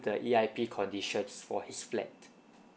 the E_I_P conditions for his flat